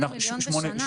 8 מיליון בשנה.